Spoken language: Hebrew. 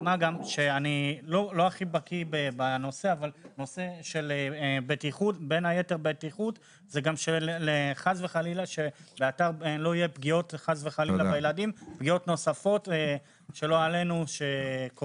אני לא בקיא בנושא בטיחות אבל מדובר גם שלא יהיו פגיעות נוספות בילדים.